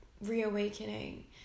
reawakening